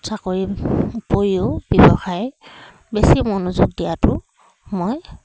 চাকৰি উপৰিও ব্যৱসায় বেছি মনোযোগ দিয়াটো মই